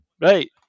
right